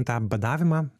tą badavimą